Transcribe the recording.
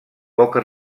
poca